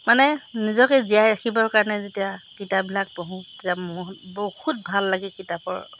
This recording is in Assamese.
মানে নিজকে জীয়াই ৰাখিবৰ কাৰণে যেতিয়া কিতাপবিলাক পঢ়োঁ তেতিয়া মন বহুত ভাল লাগে কিতাপৰ